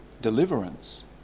deliverance